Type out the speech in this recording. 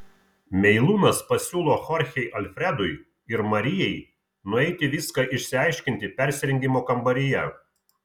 meilūnas pasiūlo chorchei alfredui ir marijai nueiti viską išsiaiškinti persirengimo kambaryje